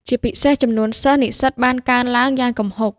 ជាពិសេស ចំនួនសិស្ស-និស្សិត បានកើនឡើងយ៉ាងគំហុក។